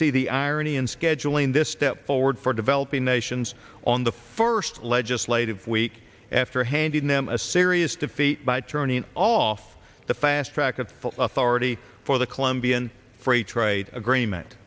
see the irony in scheduling this step forward for developing nations on the first legislative week after handing them a serious defeat by turning off the fast track of authority for the colombian free trade agreement